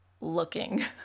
looking